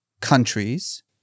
countries